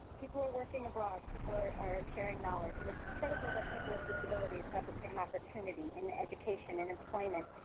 people are working abroad, people are are sharing knowledge. and it's critical that people with disabilities have the same opportunity in education, in employment,